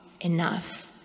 enough